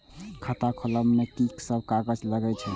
खाता खोलब में की सब कागज लगे छै?